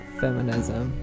feminism